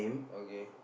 okay